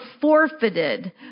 forfeited